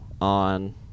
on